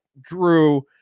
Drew